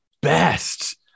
Best